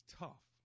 tough